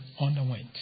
underwent